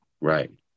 Right